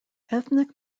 ethnic